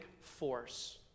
force